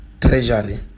treasury